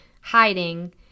hiding